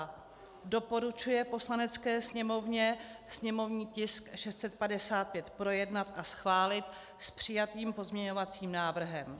a) doporučuje Poslanecké sněmovně sněmovní tisk 655 projednat a schválit s přijatým pozměňovacím návrhem.